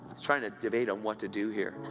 trying to debate on what to do here.